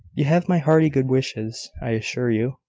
you have my hearty good wishes, i assure you.